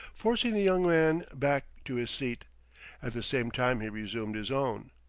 forcing the young man back to his seat at the same time he resumed his own.